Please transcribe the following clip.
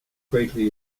greatly